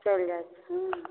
चलि जाथू हूँ